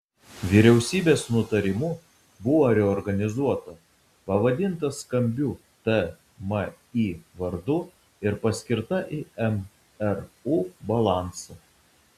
vyriausybės nutarimu buvo reorganizuota pavadinta skambiu tmi vardu ir paskirta į mru balansą